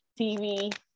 TV